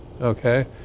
okay